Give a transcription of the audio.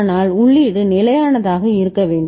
ஆனால் உள்ளீடு நிலையானதாக இருக்க வேண்டும்